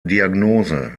diagnose